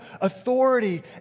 authority